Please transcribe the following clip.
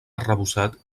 arrebossat